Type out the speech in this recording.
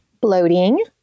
Bloating